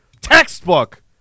Textbook